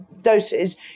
doses